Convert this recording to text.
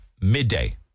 midday